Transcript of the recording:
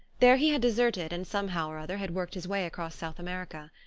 there he had deserted and somehow or other had worked his way across south america.